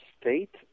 state